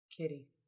kitty